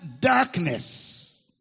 darkness